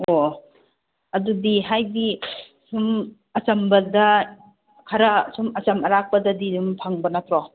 ꯑꯣ ꯑꯗꯨꯗꯤ ꯍꯥꯏꯕꯗꯤ ꯁꯨꯝ ꯑꯆꯝꯕꯗ ꯈꯔ ꯁꯨꯝ ꯑꯆꯝ ꯑꯔꯥꯛꯄꯗꯗꯤ ꯑꯗꯨꯝ ꯐꯪꯕ ꯅꯠꯇ꯭ꯔꯣ